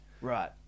Right